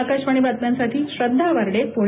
आकाशवाणी बातम्यांसाठी श्रद्धा वार्डेपुणे